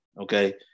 okay